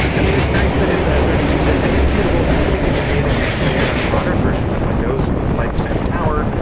i mean, it's nice that it's a thirty two bit executable, so you can natively play it on modern versions of windows, unlike simtower.